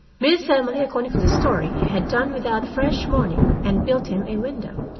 miss emily according to the story, had done without fresh mourning and built him a window.